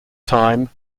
time